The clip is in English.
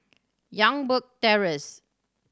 Youngberg Terrace